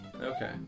Okay